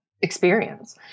experience